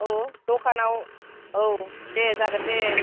औ दखानाव औ दे जागोन दे